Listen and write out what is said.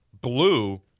Blue